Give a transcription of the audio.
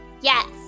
Yes